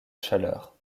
chaleur